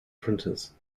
printers